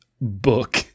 book